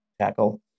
tackle